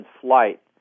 flight